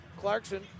Clarkson